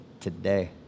today